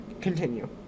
Continue